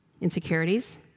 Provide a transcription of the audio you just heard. insecurities